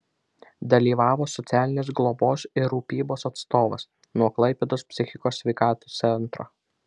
dalyvavo socialinės globos ir rūpybos atstovas nuo klaipėdos psichikos sveikatos centro